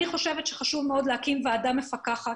אני חושבת שחשוב מאוד להקים ועדה מפקחת.